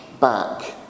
back